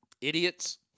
Idiots